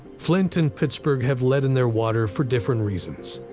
flint and pittsburgh have lead in their water for different reasons.